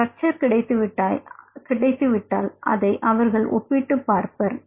structure கிடைத்துவிட்டால் அதை அவர்கள் ஒப்பிட்டுப் பார்ப்பர்